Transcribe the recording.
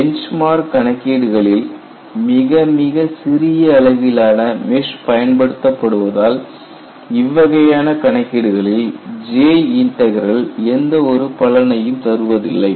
benchmark கணக்கீடுகளில் மிகமிகச் சிறிய அளவிலான மெஷ் பயன்படுத்தப்படுவதால் இவ்வகையான கணக்கீடுகளில் J இன்டக்ரல் எந்த ஒரு பலனையும் தருவதில்லை